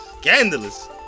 Scandalous